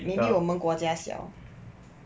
maybe 我们国家小